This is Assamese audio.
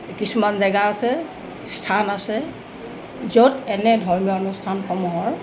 কিছুমান জেগা আছে স্থান আছে য'ত এনে ধৰ্মীয় অনুষ্ঠানসমূহৰ